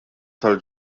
tal